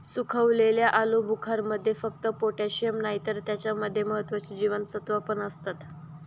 सुखवलेल्या आलुबुखारमध्ये फक्त पोटॅशिअम नाही तर त्याच्या मध्ये महत्त्वाची जीवनसत्त्वा पण असतत